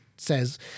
says